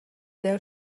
deu